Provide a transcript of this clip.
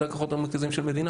אלה הלקוחות המרכזיים של מדינה.